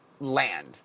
land